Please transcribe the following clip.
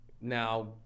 Now